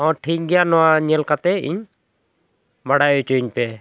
ᱦᱮᱸ ᱴᱷᱤᱠ ᱜᱮᱭᱟ ᱱᱚᱣᱟ ᱧᱮᱞ ᱠᱟᱛᱮᱫ ᱤᱧ ᱵᱟᱰᱟᱭ ᱦᱚᱪᱚᱧ ᱯᱮ